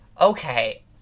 Okay